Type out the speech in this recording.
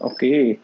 Okay